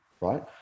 right